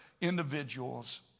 individuals